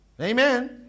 Amen